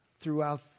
throughout